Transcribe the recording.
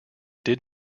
did